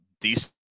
decent